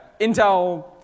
Intel